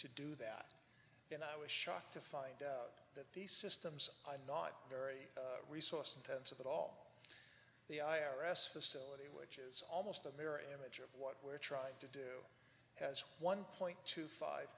to do that and i was shocked to find that these systems not very resource intensive at all the i r s facility which is almost a mirror image of what we're trying to do as one point two five